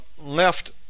left